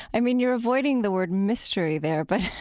i mean, you're avoiding the word mystery there, but,